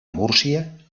múrcia